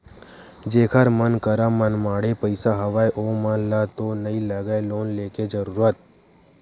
जेखर मन करा मनमाड़े पइसा हवय ओमन ल तो नइ लगय लोन लेके जरुरत